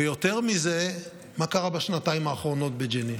ויותר מזה, מה קרה בשנתיים האחרונות בג'נין.